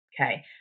okay